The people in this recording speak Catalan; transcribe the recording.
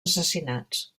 assassinats